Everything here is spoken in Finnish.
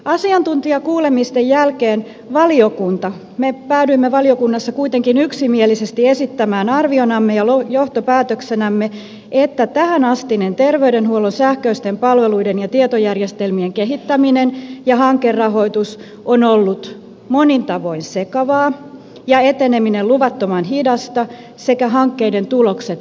asiantuntijakuulemisten jälkeen me päädyimme valiokunnassa kuitenkin yksimielisesti esittämään arvionamme ja johtopäätöksenämme että tähänastinen terveydenhuollon sähköisten palveluiden ja tietojärjestelmien kehittäminen ja hankerahoitus on ollut monin tavoin sekavaa ja eteneminen luvattoman hidasta sekä hankkeiden tulokset vaatimattomia